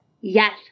Yes